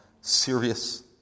serious